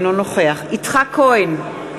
אינו נוכח יצחק כהן,